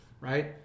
right